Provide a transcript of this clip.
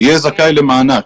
יהיה זכאי למענק.